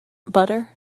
butter